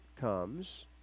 comes